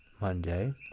Monday